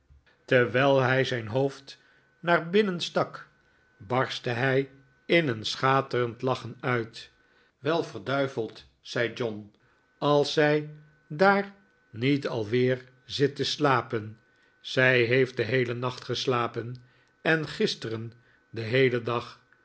terwijl hij zijn hoofd fanny squeers als bruidsmeisje naar binnen stak barstte hij in een schaterend lachen uit wel verduiveld zei john als zij daar niet al weer zit te slapen zij heeft den heelen nacht geslapen en gisteren den heelen dag